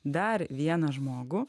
dar vieną žmogų